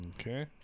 okay